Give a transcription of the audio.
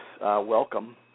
welcome